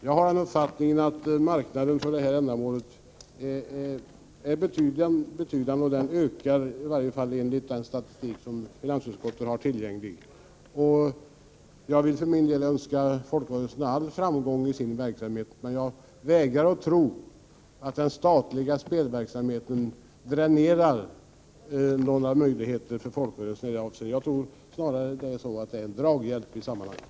Jag har uppfattningen att denna marknad är betydande, och enligt den statistik som finansutskottet haft tillgång till ökar den. Jag önskar för min del folkrörelserna all framgång i deras verksamhet, men jag vägrar att tro att den statliga spelverksamheten försämrar folkrörelsernas möjligheter i detta avseende. Jag tror snarare att denna spelverksamhet är en draghjälp åt folkrörelserna.